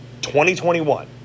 2021